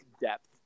depth